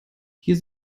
hier